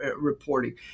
reporting